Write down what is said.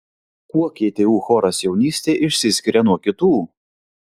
kuo ktu choras jaunystė išsiskiria nuo kitų